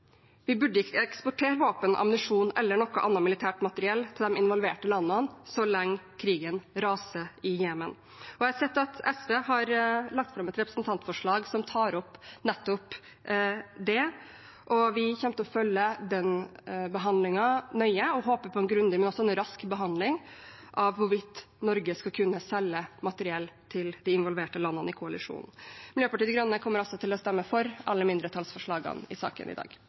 Vi burde ikke eksportere våpen, ammunisjon eller noe annet militært materiell til de involverte landene så lenge krigen raser i Jemen. Jeg har sett at SV har lagt fram et representantforslag som tar opp nettopp det, og vi kommer til å følge behandlingen nøye. Vi håper på en grundig og rask behandling av hvorvidt Norge skal kunne selge materiell til de involverte landene i koalisjonen. Miljøpartiet De Grønne kommer til å stemme for alle mindretallsforslagene i saken i dag.